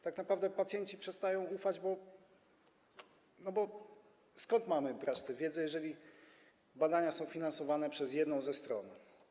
Tak naprawdę pacjenci przestają ufać, bo skąd mamy brać tę wiedzę, jeżeli badania są finansowane przez jedną ze stron.